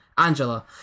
Angela